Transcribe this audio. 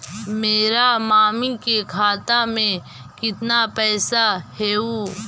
मेरा मामी के खाता में कितना पैसा हेउ?